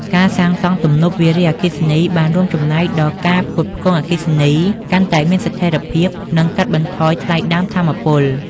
ការសាងសង់ទំនប់វារីអគ្គិសនី បានរួមចំណែកដល់ការផ្គត់ផ្គង់អគ្គិសនីកាន់តែមានស្ថិរភាព និងកាត់បន្ថយថ្លៃដើមថាមពល។